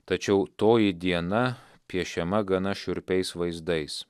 tačiau toji diena piešiama gana šiurpiais vaizdais